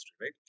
right